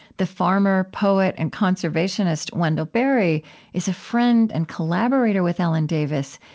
the farmer, poet, and conservationist wendell berry is a friend and collaborator with ellen davis,